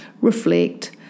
reflect